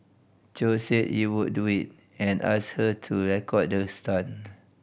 Chow said he would do it and asked her to record the stunt